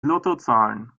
lottozahlen